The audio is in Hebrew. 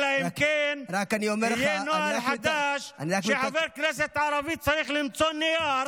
אלא אם כן יהיה נוהל חדש שחבר כנסת ערבי צריך למצוא נייר